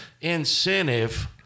incentive